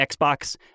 Xbox